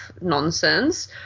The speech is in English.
nonsense